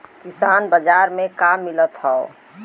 किसान बाजार मे का मिलत हव?